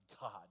God